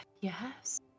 Yes